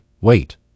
wait